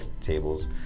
tables